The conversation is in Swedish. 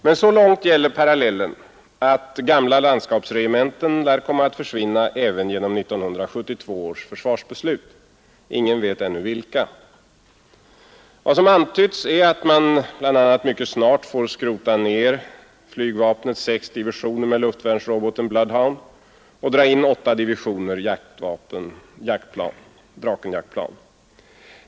Men så långt gäller parallellen, att gamla landskapsregementen kan komma att försvinna även genom 1972 års försvarsbeslut — ingen vet ännu vilka. Vad som antytts är att man bl.a. mycket snart får skrota ner flygvapnets sex divisioner med luftvärnsroboten Bloodhound och dra in åtta divisioner Drakenjaktplan.